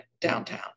downtown